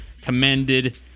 commended